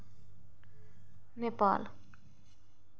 Nepal